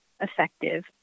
effective